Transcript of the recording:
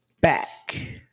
back